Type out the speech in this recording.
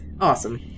Awesome